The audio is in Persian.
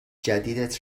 جدیدت